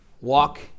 walk